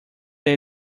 that